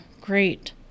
great